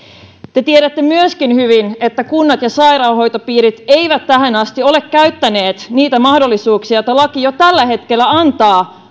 te tiedätte myöskin hyvin että kunnat ja sairaanhoitopiirit eivät tähän asti ole käyttäneet niitä mahdollisuuksia alentaa maksuja pienituloisten kohdalla joita laki jo tällä hetkellä antaa